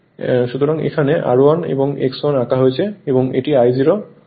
সুতরাং এখানে R1 এবং X1 আঁকা হয়েছে এবং এটি I0